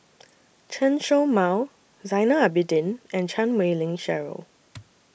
Chen Show Mao Zainal Abidin and Chan Wei Ling Cheryl